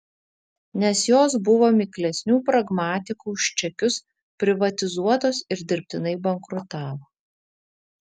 nes jos buvo miklesnių pragmatikų už čekius privatizuotos ir dirbtinai bankrutavo